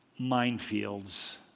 minefields